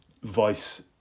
vice